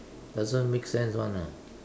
doesn't make sense [one] you know